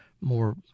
more